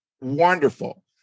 wonderful